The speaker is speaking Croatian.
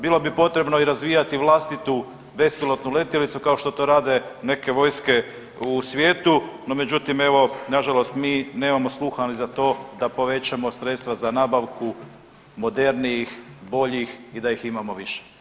Bilo bi potrebno i razvijati vlastitu bespilotnu letjelicu kao što to rade neke vojske u svijetu, no međutim evo na žalost mi nemamo sluha niti to da povećamo sredstva za nabavku modernijih, boljih i da ih imamo više.